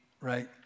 right